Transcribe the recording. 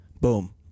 Boom